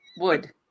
wood